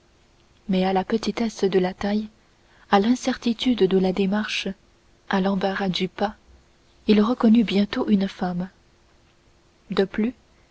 mais à la petitesse de la taille à l'incertitude de la démarche à l'embarras du pas il reconnut bientôt une femme de plus